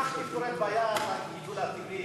כך תפתור את בעיית הגידול הטבעי.